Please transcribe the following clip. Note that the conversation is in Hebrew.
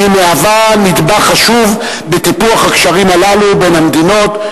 והיא מהווה נדבך חשוב בטיפוח הקשרים הללו בין המדינות.